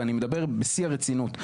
ואני מדבר בשיא הרצינות.